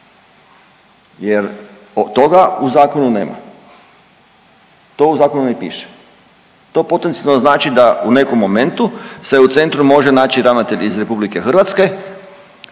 jer toga u zakonu nema. To u zakonu ne piše. To potencijalno znači da u nekom momentu se u centru može naći ravnatelj iz Republike Hrvatske,